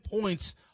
points